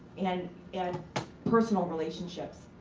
and and personal relationships.